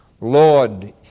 Lord